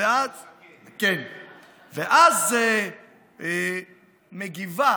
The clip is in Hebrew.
ואז מגיבה